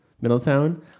Middletown